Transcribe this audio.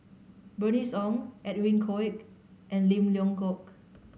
Bernice Ong Edwin Koek and Lim Leong Geok